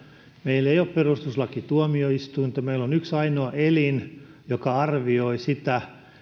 meillä ei ole perustuslakituomioistunta meillä on yksi ainoa elin joka arvioi sitä